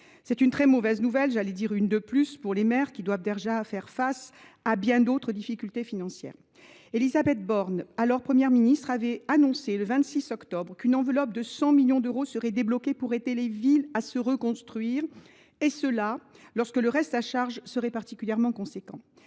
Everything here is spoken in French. C’est une très mauvaise nouvelle, une de plus pour les maires, qui doivent déjà faire face à bien d’autres difficultés financières. Élisabeth Borne, alors Première ministre, avait annoncé le 26 octobre qu’une enveloppe de 100 millions d’euros serait débloquée pour aider les villes à se reconstruire, et ce lorsque le reste à charge serait particulièrement élevé.